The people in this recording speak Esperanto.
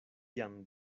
jam